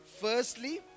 Firstly